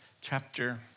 chapter